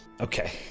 Okay